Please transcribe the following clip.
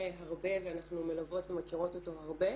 הרבה ואנחנו מלוות ומכירות אותו הרבה.